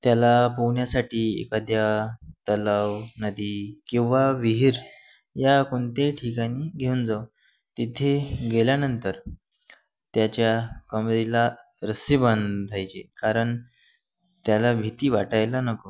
त्याला पोहण्यासाठी एखाद्या तलाव नदी किंवा विहीर या कोणत्याही ठिकाणी घेऊन जाऊ तिथे गेल्यानंतर त्याच्या कमरेला रस्सी बांधायची कारण त्याला भीती वाटायला नको